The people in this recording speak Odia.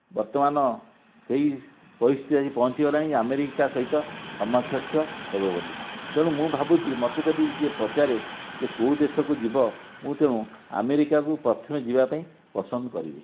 ବର୍ତ୍ତମାନ ସେହି ପରିସ୍ଥିତିରେ ଆସି ପହଞ୍ଚିଗଲାଣି ଆମେରିକା ସହିତ ସମକକ୍ଷ ହେବ ବୋଲି ତେଣୁ ମୁଁ ଭାବୁଛି ମତେ ଯଦି ଯିଏ ପଚାରେ ଯେ ଯେଉଁ ଦେଶକୁ ଯିବ ମୁଁ ତେଣୁ ଆମେରିକାକୁ ପ୍ରଥମେ ଯିବା ପାଇଁ ପସନ୍ଦ କରିବି